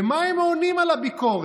ומה הם עונים על הביקורת?